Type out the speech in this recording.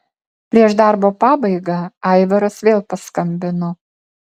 prieš darbo pabaigą aivaras vėl paskambino